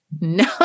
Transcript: No